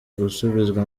gusubizwa